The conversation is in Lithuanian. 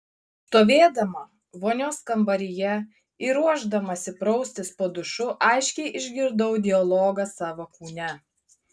stovėdama vonios kambaryje ir ruošdamasi praustis po dušu aiškiai išgirdau dialogą savo kūne